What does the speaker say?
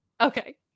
Okay